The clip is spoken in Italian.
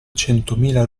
centomila